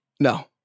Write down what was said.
No